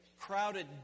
crowded